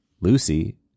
Lucy